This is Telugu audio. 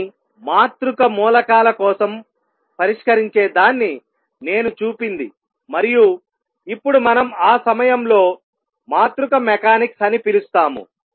కానీ మాతృక మూలకాల కోసం పరిష్కరించేదాన్ని నేను చూపింది మరియు ఇప్పుడు మనం ఆ సమయంలో మాతృక మెకానిక్స్ అని పిలుస్తాము